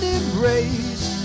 embrace